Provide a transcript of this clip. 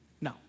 No